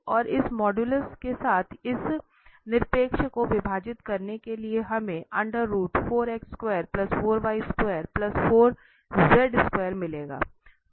और इस मॉड्यूलस के साथ इस निरपेक्ष को विभाजित करने के लिए हमें मिलेगा